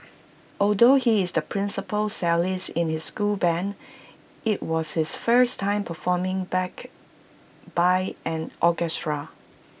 although he is the principal cellist in his school Band IT was his first time performing backed by an orchestra